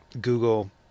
Google